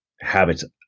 Habits